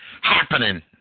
happening